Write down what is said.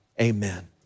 amen